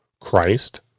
Christ